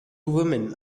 women